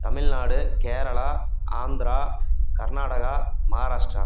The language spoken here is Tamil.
தமிழ்நாடு கேரளா ஆந்திரா கர்நாடகா மகாராஷ்ட்ரா